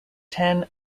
ten